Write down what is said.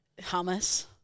hummus